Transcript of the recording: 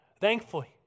thankfully